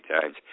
times